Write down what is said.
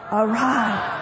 arrive